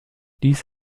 dies